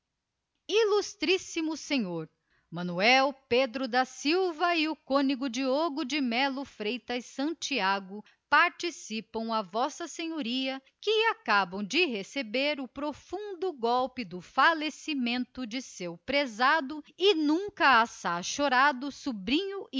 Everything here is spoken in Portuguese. circular ilmo sr manuel pedro da silva e o cônego diogo de melo freitas santiago participam a v s a que acabam de receber o profundo golpe do falecimento de seu prezado e nunca assaz chorado sobrinho